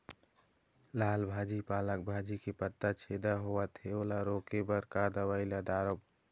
लाल भाजी पालक भाजी के पत्ता छेदा होवथे ओला रोके बर का दवई ला दारोब?